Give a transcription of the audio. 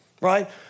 right